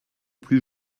plus